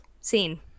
scene